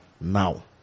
now